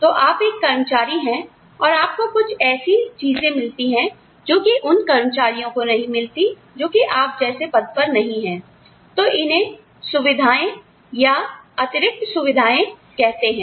तो आप एक कर्मचारी हैं और आप को कुछ ऐसी चीजें मिलती है जो कि उन कर्मचारियों को नहीं मिलती जो कि आप जैसे पद पर नहीं है तो इन्हें सुविधाएँ या अतिरित सुविधाएँ कहते हैं